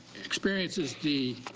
experiences the